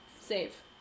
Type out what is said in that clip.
Save